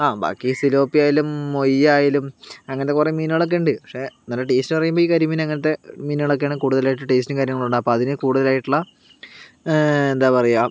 ആ ബാക്കി സിലോപ്പിയയിലും മൊയ്യായലും അങ്ങനെ കുറെ മീനുകളുണ്ട് പക്ഷേ നല്ല ടെസ്റ്റ് എന്നുപറയുമ്പോൾ കരിമീൻ അങ്ങനത്തെ മീനുകളായിട്ടാണ് കൂടുതൽ ടെസ്റ്റ് കാര്യങ്ങളൊക്കെ അപ്പൊൾ അതിന് കൂടുതലായിട്ടുള്ള എന്താ പറയുക